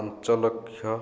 ପାଞ୍ଚ ଲକ୍ଷ